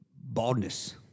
baldness